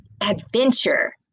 adventure